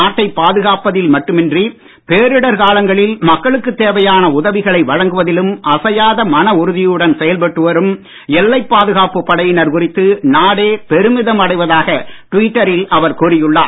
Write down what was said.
நாட்டை பாதுகாப்பதில் மட்டுமின்றி பேரிடர் காலங்களில் மக்களுக்கு தேவையான உதவிகளை வழங்குவதிலும் அசையாத மன உறுதியுடன் செயல்பட்டு வரும் எல்லை பாதுகாப்பு படையினர் குறித்து நாடே பெருமிதம் அடைவதாக டுவிட்டரில் அவர் கூறியுள்ளார்